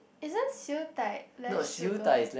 isn't siew dai less sugar